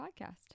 podcast